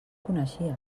coneixia